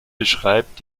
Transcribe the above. beschreibt